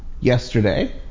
yesterday